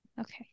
Okay